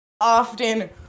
often